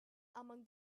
among